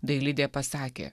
dailidė pasakė